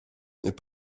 mais